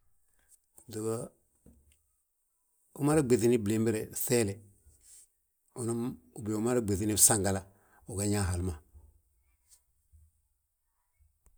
Umada ɓéŧini bliimbiri ŧéele, u umada ɓéŧini bsangala uga ñaa hal ma.